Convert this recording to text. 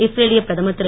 இஸ்ரேலிய பிரதமர் திரு